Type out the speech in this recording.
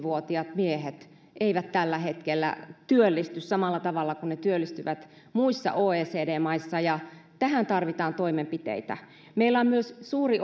vuotiaat miehet eivät tällä hetkellä työllisty samalla tavalla kuin työllistyvät muissa oecd maissa ja tähän tarvitaan toimenpiteitä meillä on myös suuri